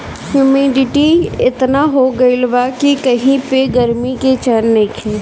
humidity एतना हो गइल बा कि कही पे गरमी से चैन नइखे